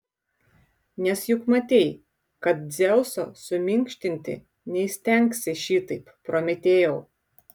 nes juk matei kad dzeuso suminkštinti neįstengsi šitaip prometėjau